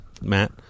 Matt